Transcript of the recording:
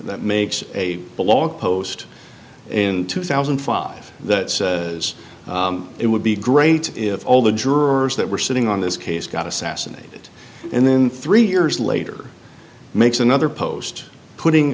that makes a blog post in two thousand and five that says it would be great is all the jurors that were sitting on this case got assassinated and then three years later makes another post putting